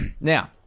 Now